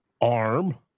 Arm